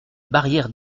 barrière